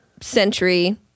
century